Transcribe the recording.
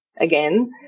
again